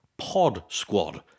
podsquad